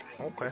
Okay